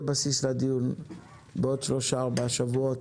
בסיס לדיון בעוד שלושה ארבעה שבועות.